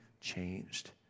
changed